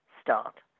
start